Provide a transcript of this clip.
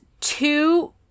two